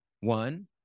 One